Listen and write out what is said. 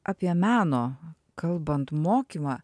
apie meno kalbant mokymą